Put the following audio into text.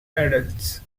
adults